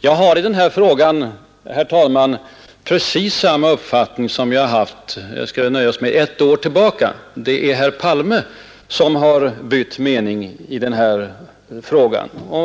Jag har i denna fråga precis samma uppfattning som jag tidigare haft — vi kan nöja oss med att gå ett år tillbaka i tiden. Det är herr Palme som har bytt mening, inte jag.